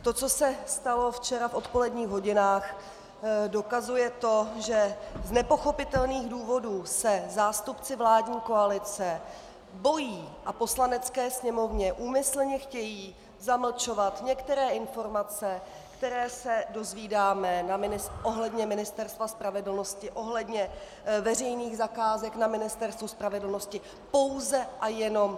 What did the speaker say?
To, co se stalo včera v odpoledních hodinách, dokazuje to, že z nepochopitelných důvodů se zástupci vládní koalice bojí a Poslanecké sněmovně úmyslně chtějí zamlčovat některé informace, které se dozvídáme ohledně Ministerstva spravedlnosti, ohledně veřejných zakázek na Ministerstvu spravedlnosti, pouze a jenom z médií.